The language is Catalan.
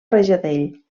rajadell